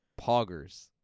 poggers